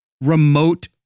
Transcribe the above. remote